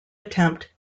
attempt